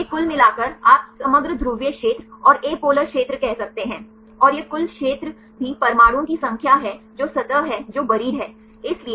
ये कुल मिलाकर आप समग्र ध्रुवीय क्षेत्र और एपोलर क्षेत्र कह सकते हैं और यह कुल क्षेत्र भी परमाणुओं की संख्या है जो सतह हैं जो बरीद हैं